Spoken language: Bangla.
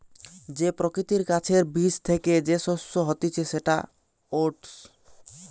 যে প্রকৃতির গাছের বীজ থ্যাকে যে শস্য হতিছে সেটা ওটস